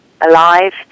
alive